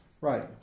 Right